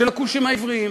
של הכושים העבריים.